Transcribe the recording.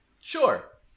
Sure